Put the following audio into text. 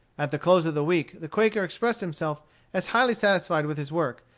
at the close of the week the quaker expressed himself as highly satisfied with his work,